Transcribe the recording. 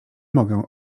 mogę